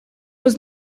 was